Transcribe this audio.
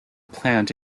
plant